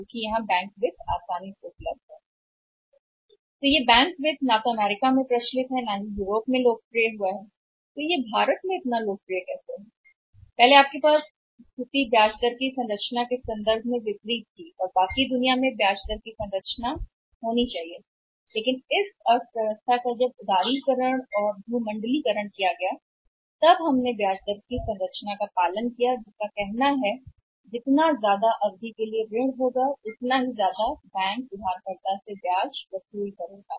तो अगर यह संयुक्त राज्य अमेरिका में लोकप्रिय नहीं है अगर यह लोकप्रिय नहीं है बैंक वित्त यूरोप में लोकप्रिय नहीं है तो कैसे यह भारत में लोकप्रिय हो सकता है पहले आपके पास ब्याज दर की संरचना के विपरीत स्थिति थी और बाकी दुनिया में ब्याज दर की संरचना होनी चाहिए लेकिन जब हम इस अर्थव्यवस्था को कहते हैं जब हम भूमंडलीकृत हुए तब उदारीकृत हुआ इस अर्थव्यवस्था का भूमंडलीकरण हुआ और फिर उसका पालन करना पड़ा ब्याज दर की संरचना जो कहती है कि उधारी की अवधि जितनी लंबी होगी उच्चतर ब्याज दर बैंकों द्वारा उधारकर्ता से वसूल की जाएगी